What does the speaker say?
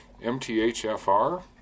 MTHFR